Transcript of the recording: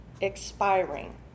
expiring